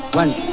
one